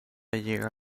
llega